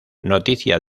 noticia